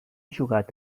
jugat